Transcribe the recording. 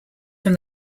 from